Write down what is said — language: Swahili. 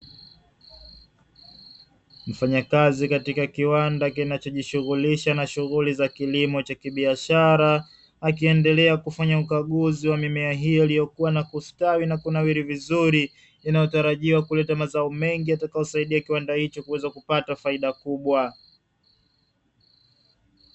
Mfanya kazi katika kiwandani kinacho jishughulisha na shughuli za kilimo cha kibiashara akiendelea kufanya ukaguzi wa mimea hiyo iliyokua na kustawi na kunawiri vizuri inayotarajiwa kuleta mazao mengi yatakayo saidia kiwanda hicho kupata faida kubwa.